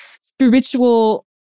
spiritual